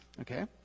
Okay